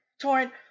Torrent